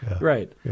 Right